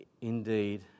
indeed